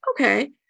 okay